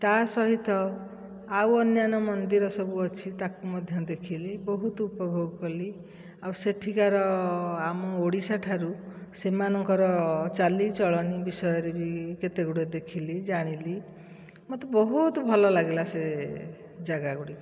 ତା'ସହିତ ଆଉ ଅନ୍ୟାନ୍ୟ ମନ୍ଦିର ସବୁଅଛି ତାକୁ ମଧ୍ୟ ଦେଖିଲି ବହୁତ ଉପଭୋଗ କଲି ଆଉ ସେଇଠିକାର ଆମ ଓଡ଼ିଶା ଠାରୁ ସେମାନଙ୍କର ଚାଲିଚଳଣି ବିଷୟରେ ବି କେତେଗୁଡ଼େ ଦେଖିଲି ଜାଣିଲି ମୋତେ ବହୁତ ଭଲ ଲାଗିଲା ସେ ଯାଗାଗୁଡ଼ିକ